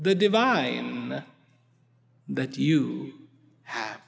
the divine that you have